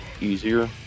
easier